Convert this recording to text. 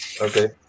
Okay